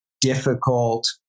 difficult